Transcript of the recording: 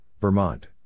Vermont